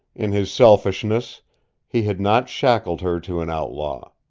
in his selfishness he had not shackled her to an outlaw.